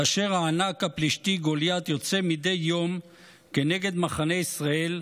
כאשר הענק הפלשתי גוליית יוצא מדי יום כנגד מחנה ישראל,